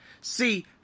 See